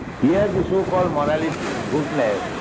here, the so-called morality, goodness,